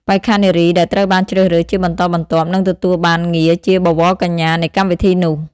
បេក្ខនារីដែលត្រូវបានជ្រើសរើសជាបន្តបន្ទាប់នឹងទទួលបានងារជាបវរកញ្ញានៃកម្មវិធីនោះ។